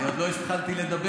אני עוד לא התחלתי לדבר.